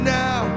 now